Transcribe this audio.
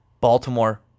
Baltimore